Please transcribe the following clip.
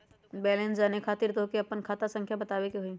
Balance जाने खातिर तोह के आपन खाता संख्या बतावे के होइ?